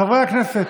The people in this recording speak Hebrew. חברי הכנסת,